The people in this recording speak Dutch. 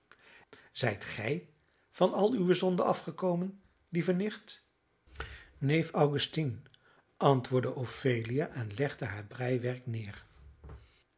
zijt gij van al uwe zonden afgekomen lieve nicht neef augustine antwoordde ophelia en legde haar breiwerk neer